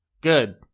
Good